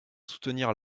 soutenir